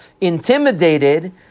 intimidated